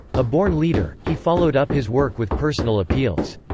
a born leader, he followed up his work with personal appeals.